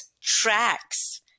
tracks